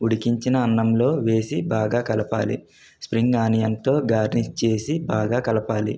ఉడికించిన అన్నంలో వేసి బాగా కలపాలి స్ప్రింగ్ ఆనియన్తో గార్నిష్ చేసి బాగా కలపాలి